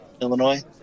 Illinois